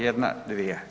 Jedna, dvije.